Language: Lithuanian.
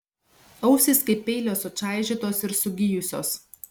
ausys kaip peilio sučaižytos ir sugijusios